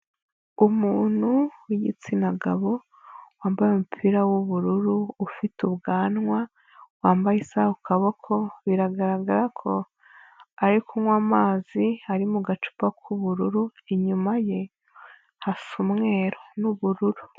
Umuntu w'igitsina gabo, wambaye umupira w'ubururu, ufite ubwanwa, wambaye isaha ku kaboko, biragaragara ko ari kunywa amazi ari mu gacupa k'ubururu, inyuma ye hasa umweru n'ubururu.